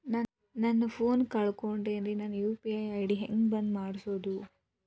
ನನ್ನ ಫೋನ್ ಕಳಕೊಂಡೆನ್ರೇ ನನ್ ಯು.ಪಿ.ಐ ಐ.ಡಿ ಹೆಂಗ್ ಬಂದ್ ಮಾಡ್ಸೋದು?